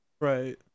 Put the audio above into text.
right